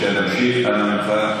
צריך לכבד את המקום ואת